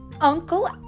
Uncle